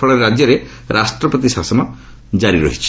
ଫଳରେ ରାଜ୍ୟରେ ରାଷ୍ଟ୍ରପତି ଶାସନ ଜାରି କରାଯାଇଛି